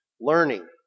Learning